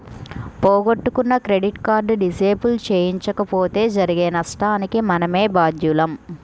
పోగొట్టుకున్న credit card disable చేయించకపోతే జరిగే నష్టానికి మనమే బాధ్యులం